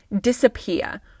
disappear